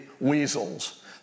weasels